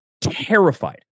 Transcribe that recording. terrified